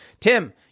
Tim